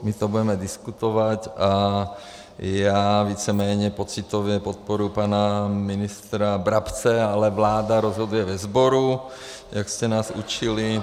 My o tom budeme diskutovat a já víceméně pocitově podporuji pana ministra Brabce, ale vláda rozhoduje ve sboru, jak jste nás učili.